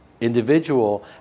individual